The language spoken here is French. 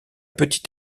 petit